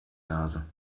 nase